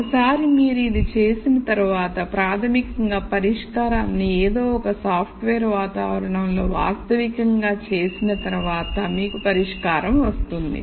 ఒకసారి మీరు ఇది ఇది చేసిన తర్వాత ప్రాథమికంగా పరిష్కారాన్ని ఏదో ఒక సాఫ్ట్వేర్ వాతావరణంలో వాస్తవికంగా చేసిన తర్వాత మీకు పరిష్కారం వస్తుంది